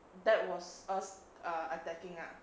that was us err attacking ah